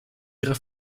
ihrer